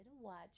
watch